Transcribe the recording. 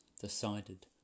decided